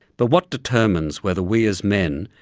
but what determines whether we, as men,